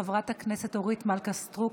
חברת הכנסת אורית מלכה סטרוק,